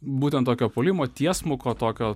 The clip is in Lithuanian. būtent tokio puolimo tiesmuko tokio